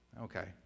Okay